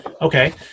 okay